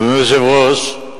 אדוני היושב-ראש,